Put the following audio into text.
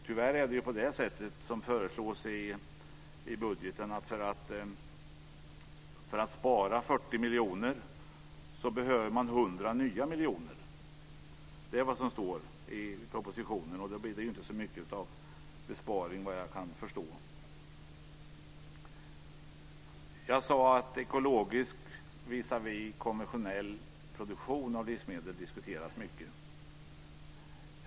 Tyvärr är det ju på det sättet, som föreslås i budgeten, att för att spara 40 miljoner behöver man 100 nya miljoner. Det är vad som står i propositionen, och då blir det ju inte så mycket av besparing vad jag kan förstå. Jag sade att ekologisk produktion visavi konventionell produktion av livsmedel diskuteras mycket.